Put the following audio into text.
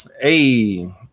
Hey